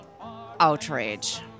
outrage